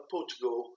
Portugal